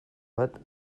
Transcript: bat